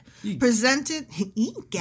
presented